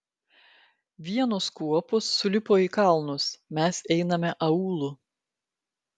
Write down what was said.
vienos kuopos sulipo į kalnus mes einame aūlu